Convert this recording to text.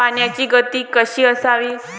पाण्याची गती कशी असावी?